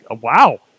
Wow